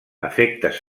efectes